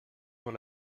dans